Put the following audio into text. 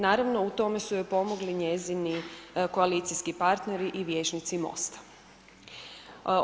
Naravno u tome su joj pomogli njezini koalicijski partneri i vijećnici MOST-a.